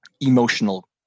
emotional